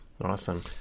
Awesome